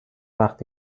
وقت